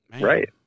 right